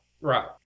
Right